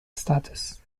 status